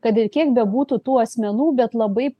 kad ir kiek bebūtų tų asmenų bet labai